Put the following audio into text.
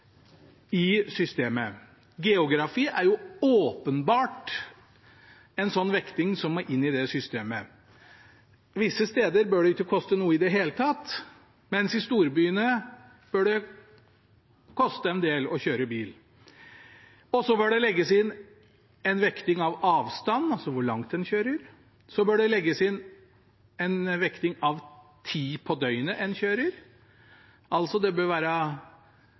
i systemet. Geografi er åpenbart noe som må vektes i systemet. Visse steder bør det ikke koste noe i det hele tatt, mens i storbyene bør det koste en del å kjøre bil. Det bør legges inn en vekting av avstand, altså hvor langt man kjører. Det bør legges inn en vekting av hvilken tid på døgnet man kjører. Det bør altså være